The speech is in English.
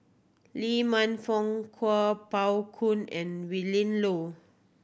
Lee Man Fong Kuo Pao Kun and Willin Low